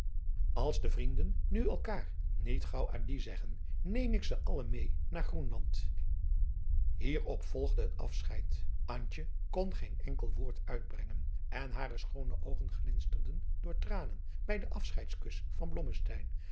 als de vrienden nu elkaêr niet gaauw adie zeggen neem ik ze allen meê naar groenland hierop volgde het afscheid antje kon geen enkel woord uitbrengen en hare schoone oogen glinsterden door tranen bij den afscheidskus van